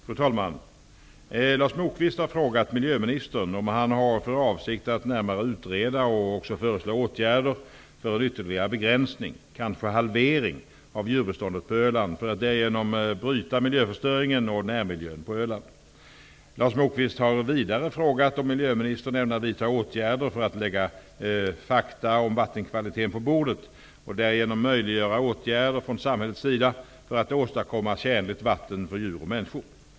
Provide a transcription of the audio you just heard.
Fru talman! Lars Moquist har frågat miljöministern om han har för avsikt att närmare utreda och också föreslå åtgärder för en ytterligare begränsning -- kanske halvering -- av djurbeståendet på Öland för att därigenom bryta miljöförstöringen av närmiljön på Öland. Lars Moquist har vidare frågat om miljöministern ämnar vidta åtgärder för att lägga fakta om vattenkvaliteten på bordet och därigenom möjliggöra åtgärder från samhällets sida för att åstadkomma tjänligt vatten för djur och människor.